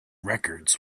records